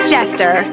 Jester